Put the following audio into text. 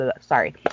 Sorry